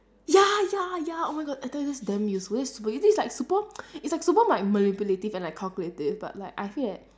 ya ya ya oh my god I tell you that's damn useful that's super use~ it is like super it's like super mi~ manipulative and like calculative but like I feel that